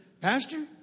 Pastor